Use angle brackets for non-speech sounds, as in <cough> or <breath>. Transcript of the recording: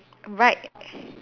right <breath>